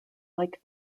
like